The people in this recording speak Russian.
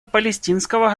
палестинского